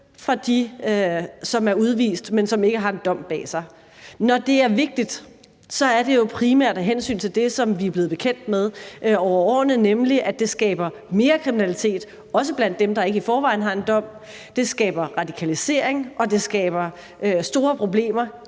fra dem, som er udvist, men som ikke har en dom bag sig. Når det er vigtigt, er det jo primært af hensyn til det, som vi er blevet bekendt med over årene, nemlig at det skaber mere kriminalitet, også blandt dem, der ikke i forvejen har en dom. Det skaber radikalisering, og det skaber store problemer